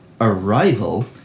Arrival